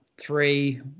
three